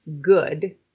good